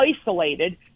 isolated